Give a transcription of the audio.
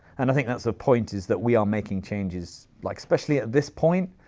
and i think that's the point, is that we are making changes. like especially at this point,